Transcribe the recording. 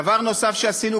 דבר נוסף שעשינו,